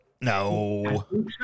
No